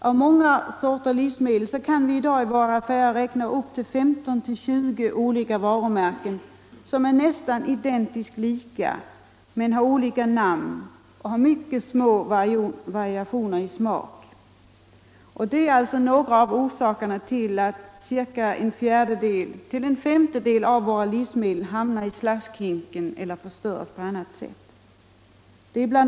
Av många sorters livsmedel kan vi i dag i våra affärer räkna upp till 15-20 olika varumärken, som är nästan identiskt lika med mycket små variationer i smak men som alltså har olika namn. Där finns några av orsakerna till att mellan en fjärdedel och en femtedel av våra livsmedel hamnar i slaskhinken eller förstörs på annat sätt. Bl.